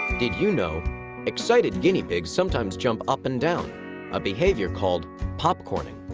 did you know excited guinea pigs sometimes jump up and down a behavior called popcorning.